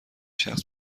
شخص